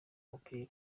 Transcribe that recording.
umupira